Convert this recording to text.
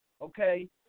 okay